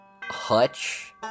Hutch